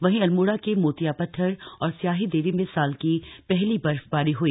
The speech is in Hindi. वहीं अल्मोड़ा के मोतियापत्थर और स्याहीदेवी में साल की पहली बर्फबारी हुई